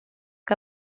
que